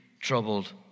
troubled